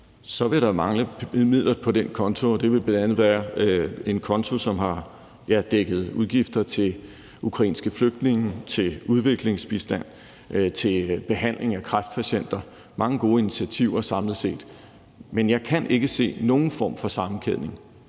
Så vil der mangle midler på den konto, og det er en konto, som bl.a. har dækket udgifter til ukrainske flygtninge, til udviklingsbistand, til behandling af kræftpatienter – til mange gode initiativer samlet set. Men jeg kan ikke se, at der skulle være den sammenkædning,